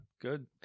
good